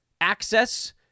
access